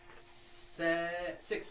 six